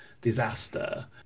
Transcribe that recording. disaster